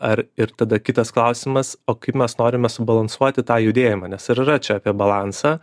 ar ir tada kitas klausimas o kaip mes norime subalansuoti tą judėjimą nes ir čia apie balansą